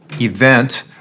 event